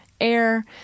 air